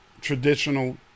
traditional